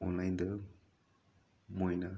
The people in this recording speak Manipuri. ꯑꯣꯟꯂꯥꯏꯟꯗ ꯃꯣꯏꯅ